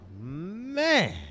man